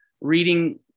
reading